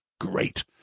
Great